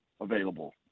available